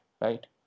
right